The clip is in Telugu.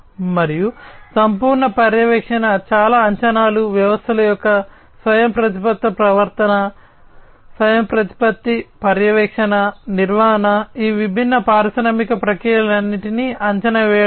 మరియు సంపూర్ణ పర్యవేక్షణ చాలా అంచనాలు వ్యవస్థల యొక్క స్వయంప్రతిపత్త ప్రవర్తన స్వయంప్రతిపత్తి పర్యవేక్షణ నిర్వహణ ఈ విభిన్న పారిశ్రామిక ప్రక్రియలన్నింటినీ అంచనా వేయడం